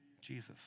Jesus